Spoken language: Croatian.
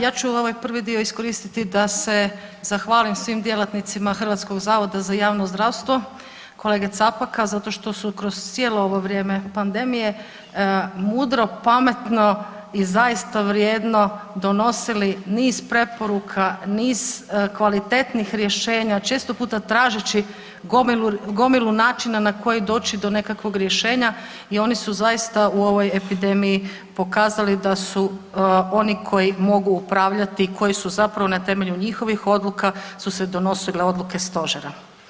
Ja ću ovaj prvi dio iskoristiti da se zahvalim svim djelatnicima Hrvatskog zavoda za javno zdravstvo kolege Capaka zato što su kroz cijelo ovo vrijeme pandemije mudro, pametno i zaista vrijedno donosili niz preporuka, niz kvalitetnih rješenja često puta tražeći gomilu načina na koji doći do nekakvog rješenja i oni su zaista u ovoj epidemiji pokazali da su oni koji mogu upravljati i koji su zapravo na temelju njihovih odluka su se donosile odluke Stožera.